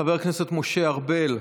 חבר הכנסת משה ארבל,